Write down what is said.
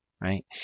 right